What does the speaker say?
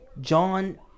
John